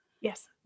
Yes